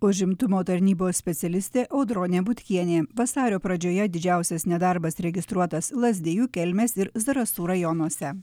užimtumo tarnybos specialistė audronė butkienė vasario pradžioje didžiausias nedarbas registruotas lazdijų kelmės ir zarasų rajonuose